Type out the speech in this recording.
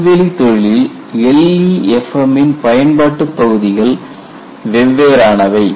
விண்வெளித் தொழிலில் LEFM ன் பயன்பாட்டு பகுதிகள் வெவ்வேறானவை